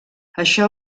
això